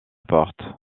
porte